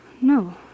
No